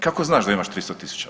Kako znaš da imaš 300 000?